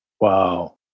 Wow